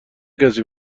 کسی